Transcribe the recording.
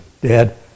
Dad